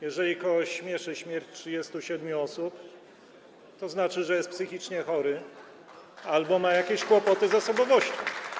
Jeżeli kogoś śmieszy śmierć 37 osób, to znaczy, że jest psychicznie chory albo ma jakieś kłopoty z osobowością.